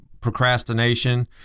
procrastination